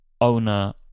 owner